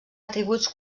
atributs